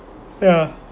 yeah